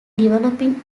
developing